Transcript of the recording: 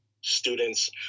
students